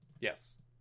Yes